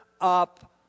up